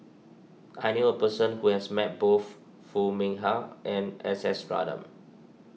I knew a person who has met both Foo Mee Har and S S Ratnam